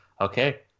okay